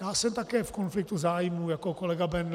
Já jsem také v konfliktu zájmů jako kolega Bendl.